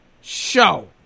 show